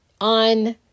on